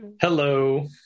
hello